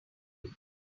same